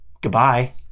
goodbye